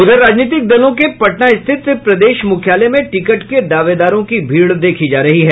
उधर राजनीतिक दलों के पटना स्थित प्रदेश मुख्यालय में टिकट के दोवदारों की भीड़ देखी जा रही है